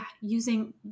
using